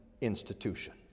institution